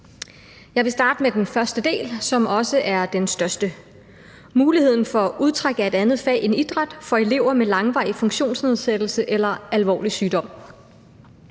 Jeg vil starte med den første del, som også er den største, og som handler om mulighed for udtræk af et andet fag end idræt for elever med langvarig funktionsnedsættelse eller alvorlig sygdom.